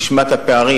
נשמע את הפערים,